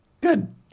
Good